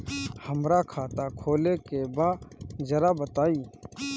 हमरा खाता खोले के बा जरा बताई